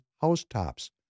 housetops